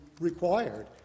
required